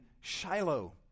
Shiloh